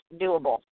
doable